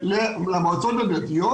למועצות הדתיות,